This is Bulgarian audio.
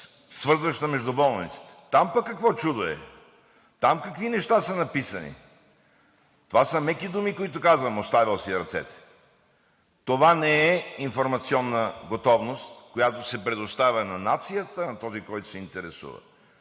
свързваща между болниците. Там пък какво чудо е, там какви неща са написани! Това са меки думи, които казвам: оставил си е ръцете. Това не е информационна готовност, която се предоставя на нацията, на този, който се интересува.